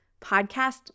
podcast